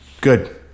good